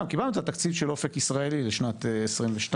קיבלנו את התקציב של אופק ישראלי לשנת 2022,